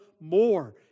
more